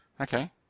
Okay